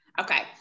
Okay